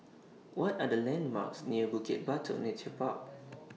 What Are The landmarks near Bukit Batok Nature Park